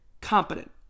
competent